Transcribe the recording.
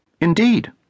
Indeed